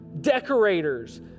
decorators